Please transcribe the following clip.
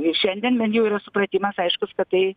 šiandien bent jau yra supratimas aiškus kad tai